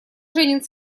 женин